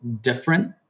different